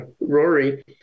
Rory